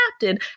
captain